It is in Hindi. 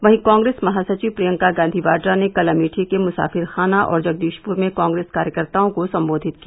वहीं कांग्रेस महासचिव प्रियंका गांधी वाड्रा ने कल अमेठी के मुसाफिर खाना और जगदीशपुर में कॉग्रेस कार्यकर्ताओं को संबोधित किया